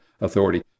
authority